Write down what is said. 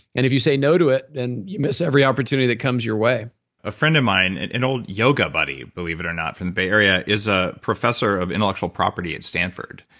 and if you say no to it, and you miss every opportunity that comes your way a friend of mine, and an old yoga buddy believe it or not from the bay area is a professor of intellectual property at stanford.